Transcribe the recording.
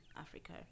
Africa